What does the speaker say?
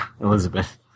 Elizabeth